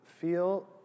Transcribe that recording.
feel